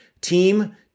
team